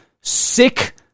sick